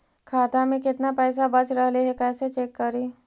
खाता में केतना पैसा बच रहले हे कैसे चेक करी?